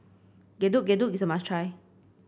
Getuk Getuk is a must try